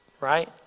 right